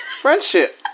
friendship